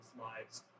lives